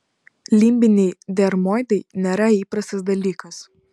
limbiniai dermoidai nėra įprastas dalykas